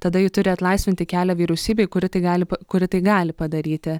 tada ji turi atlaisvinti kelią vyriausybei kuri tai gali kuri tai gali padaryti